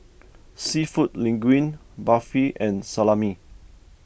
Seafood Linguine Barfi and Salami